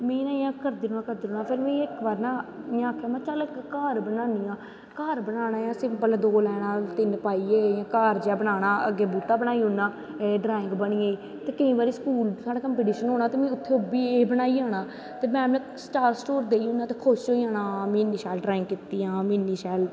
में इयां करदे रौह्नां करदे रौंह्नां फिर मीं इक बार नां में आक्खेआ चल इक घर बनानें आं घर बनाने पैह्लें दो लैनां तिन्न पाईये घर जेहा पानां अग्गैं बूह्टा जेहा बनाना ड्राईंग बनी गेई ते केंई बारी साढ़े स्कूल दा कंपिटिशन होनां ते में उत्थें इब्भी बनाई औनां ते मैम नै स्टार्ट स्टूर देई ओड़नां ते में खुश होईजाना में इन्नी शैल ड्राईंग कीती